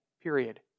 Period